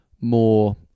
more